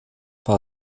war